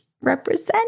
Represent